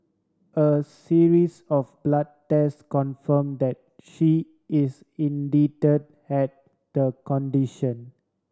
a series of blood test confirm that she is indeed had the condition